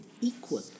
equal